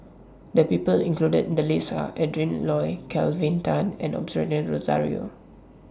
The People included in The list Are Adrin Loi Kelvin Tan and Osbert Rozario